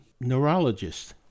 neurologist